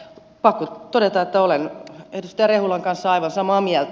pakko todeta että olen edustaja rehulan kanssa aivan samaa mieltä